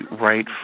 right